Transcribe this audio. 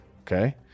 okay